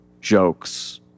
jokes